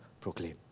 proclaim